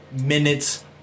minutes